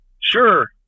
Sure